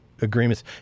agreements